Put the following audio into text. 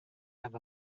have